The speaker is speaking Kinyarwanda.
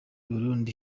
burundi